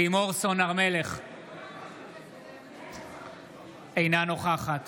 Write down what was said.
אינה נוכחת